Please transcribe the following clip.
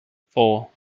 four